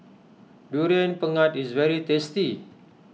Durian Pengat is very tasty